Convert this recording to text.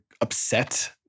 upset